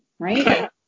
right